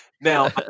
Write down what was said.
Now